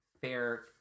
fair